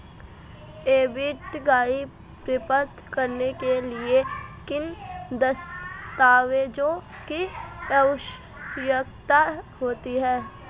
Debit card प्राप्त करने के लिए किन दस्तावेज़ों की आवश्यकता होती है?